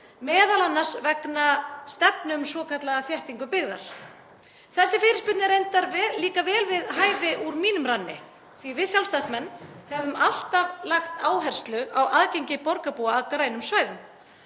m.a. vegna stefnu um svokallaða þéttingu byggðar. Þessi fyrirspurn er reyndar líka vel við hæfi úr mínum ranni, því að við Sjálfstæðismenn höfum alltaf lagt áherslu á aðgengi borgarbúa að grænum svæðum.